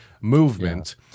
movement